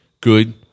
good